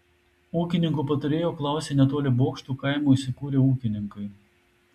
ūkininko patarėjo klausė netoli bokštų kaimo įsikūrę ūkininkai